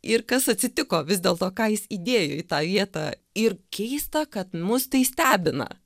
ir kas atsitiko vis dėlto ką jis įdėjo į tą vietą ir keista kad mus tai stebina